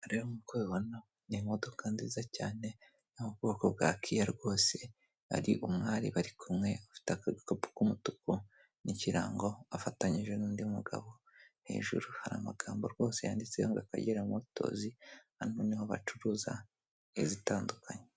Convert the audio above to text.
Rero nk'uko ubibona ni imodoka nziza cyane yo mu bwoko bwa kiya rwose , hari umwari bari kumwe ufite agakapu k'umutuku n'ikirango afatanyije n'undi mugabo, hejuru hari amagambo rwose yanditseho ngo akakera motozi. Hano niho bacuruza izitandukanye.